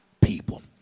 people